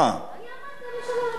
הממשלה לא תיפול,